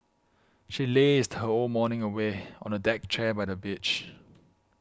she lazed her whole morning away on a deck chair by the beach